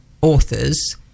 authors